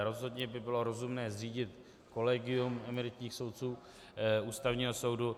Rozhodně by bylo rozumné zřídit kolegium emeritních soudců Ústavního soudu.